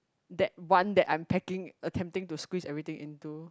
that one that I'm packing attempting to squeeze everything into